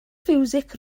fiwsig